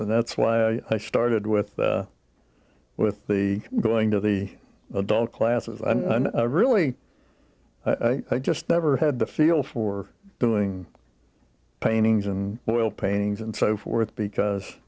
and that's why i started with with the going to the adult classes i really i just never had the feel for doing paintings and oil paintings and so forth because